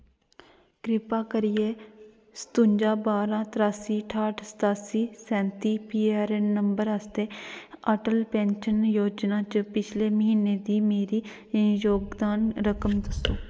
कृपा करियै स्तुन्जा बारां त्रासी ठाट सतासी सैंती पीआर ए ऐन्न नंबर आस्तै अटल पैन्शन योजना च पिछले म्हीने दी मेरी जोगदान रकम दस्सो